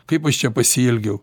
kaip aš čia pasielgiau